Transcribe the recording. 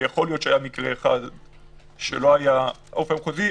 ויכול להיות שהיה מקרה אחד שלא היה רופא מחוזי,